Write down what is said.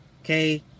Okay